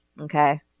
Okay